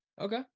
Okay